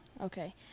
okay